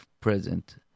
present